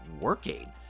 working